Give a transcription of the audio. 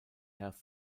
have